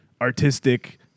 artistic